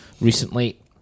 recently